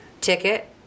ticket